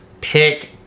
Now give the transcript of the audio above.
Pick